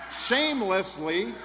shamelessly